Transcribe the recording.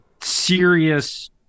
serious